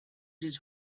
his